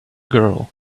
girl